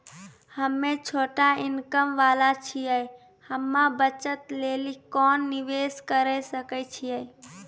हम्मय छोटा इनकम वाला छियै, हम्मय बचत लेली कोंन निवेश करें सकय छियै?